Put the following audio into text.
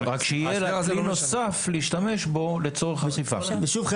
רק שיהיה לה כלי נוסף להשתמש בו לצורך --- שוב,